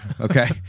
okay